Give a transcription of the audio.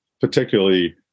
particularly